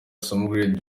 smaragde